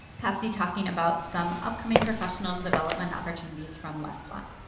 patsy talking about some upcoming professional development opportunities from leslla. um